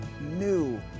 new